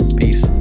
Peace